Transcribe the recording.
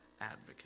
advocate